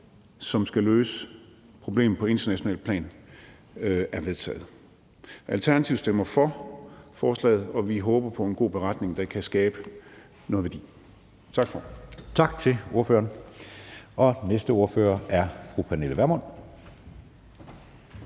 som skal løse problemet på internationalt plan, er vedtaget. Alternativet stemmer for forslaget, og vi håber på en god beretning, der kan skabe noget værdi. Tak, formand. Kl. 14:23 Anden næstformand (Jeppe Søe): Tak til ordføreren. Den næste ordfører er fru Pernille Vermund.